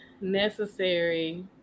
necessary